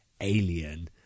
alien